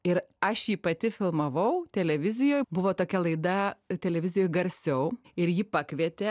ir aš jį pati filmavau televizijoj buvo tokia laida televizijoj garsiau ir jį pakvietė